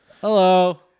Hello